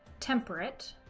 temperate,